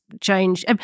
change